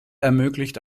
ermöglicht